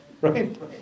right